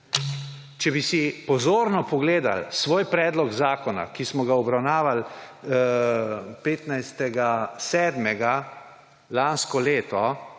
Če bi si pozorno pogledali svoj predlog zakona, ki smo ga obravnavali 15. 7. lansko leto,